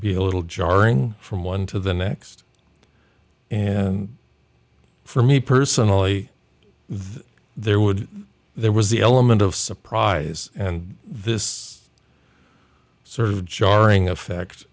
be a little jarring from one to the next and for me personally that there would there was the element of surprise and this sort of jarring effect